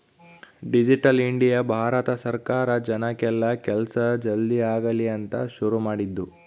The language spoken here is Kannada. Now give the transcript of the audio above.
ಡಿಜಿಟಲ್ ಇಂಡಿಯ ಭಾರತ ಸರ್ಕಾರ ಜನಕ್ ಎಲ್ಲ ಕೆಲ್ಸ ಜಲ್ದೀ ಆಗಲಿ ಅಂತ ಶುರು ಮಾಡಿದ್ದು